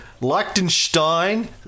Liechtenstein